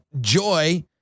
Joy